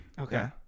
Okay